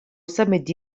samedi